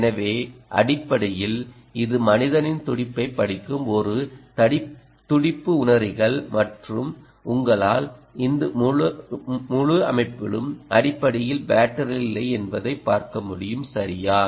எனவே அடிப்படையில் இது மனிதனின் துடிப்பைப் படிக்கும் ஒரு துடிப்பு உணரிகள் மற்றும் உங்களால் இந்த முழு அமைப்பிலும் அடிப்படையில் பேட்டரி இல்லை என்பதைப் பார்க்க முடியும் சரியா